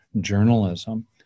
journalism